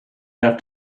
have